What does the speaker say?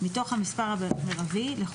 מתוך המספר המרבי כאמור,